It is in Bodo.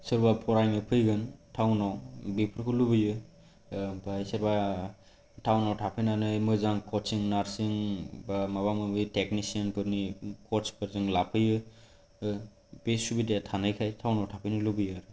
सोरबा फरायनो फैगोन टाउनआव बेफोरखौ लुबैयो ओमफ्राय सोरबा टाउनआव थाफैनानै मोजां कचिं नार्सिं बा माबा माबि टेकनिसियान फोरनि कचफोरजों लाफैयो बे सुबिधाया थानायखाय टाउनआव थाफैनो लुबैयो